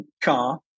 car